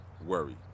worry